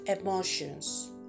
emotions